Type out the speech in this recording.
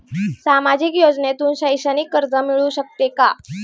सामाजिक योजनेतून शैक्षणिक कर्ज मिळू शकते का?